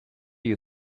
you